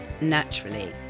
naturally